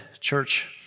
church